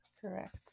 Correct